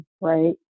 right